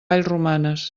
vallromanes